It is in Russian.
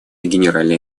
генеральной